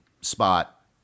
spot